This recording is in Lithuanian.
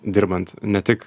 dirbant ne tik